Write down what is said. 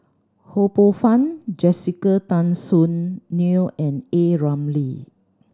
Ho Poh Fun Jessica Tan Soon Neo and A Ramli